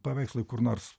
paveikslai kur nors